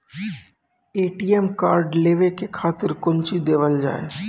ATM card लेवे के खातिर कौंची देवल जाए?